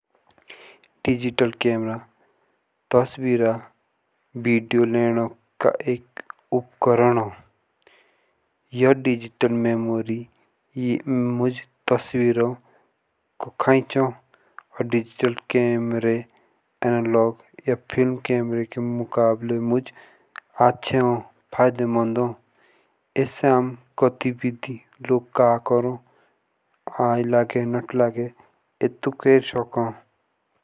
Digital camera तस्वीर video लेने का एक उपकरण हो ये डिजिटल मैमोरी में तस्वीरों को कैचो। डिजिटल कैमरा एनालॉग फिल्म कैमरे के मुकाबले में अच्छे हो फायदेमंद हो। ऐसे आम गतिविधि लोग का करो आई लागे नोटि लागे अतुक हैरिसको।